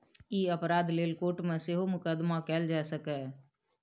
ई अपराध लेल कोर्ट मे सेहो मुकदमा कएल जा सकैए